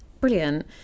brilliant